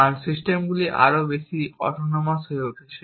কারণ সিস্টেমগুলি আরও বেশি অটোনোমাস হয়ে উঠছে